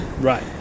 Right